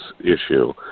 issue